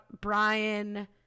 brian